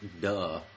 duh